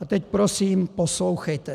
A teď prosím poslouchejte: